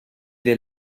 the